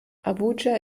abuja